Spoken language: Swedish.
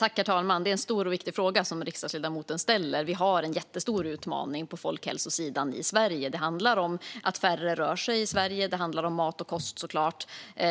Herr talman! Det är en stor och viktig fråga som riksdagsledamoten ställer. Vi har en jättestor utmaning på folkhälsosidan i Sverige. Det handlar om att färre rör sig, om mat och kost och om